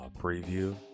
preview